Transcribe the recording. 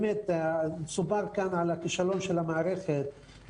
סופר כאן על הכישלון של המערכת,